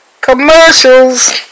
commercials